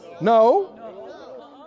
No